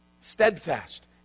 Steadfast